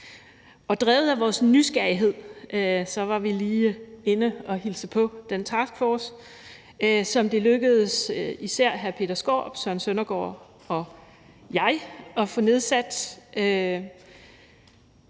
Og drevet af vores nysgerrighed var vi lige inde at hilse på den taskforce, som det lykkedes især hr. Peter Skaarup, hr. Søren Søndergaard og mig at få nedsat,